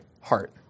heart